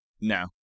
No